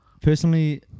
Personally